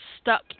stuck